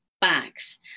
bags